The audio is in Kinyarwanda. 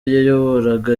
yayoboraga